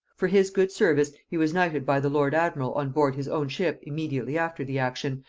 for his good service he was knighted by the lord-admiral on board his own ship immediately after the action,